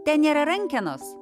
ten nėra rankenos